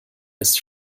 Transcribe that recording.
ist